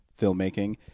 filmmaking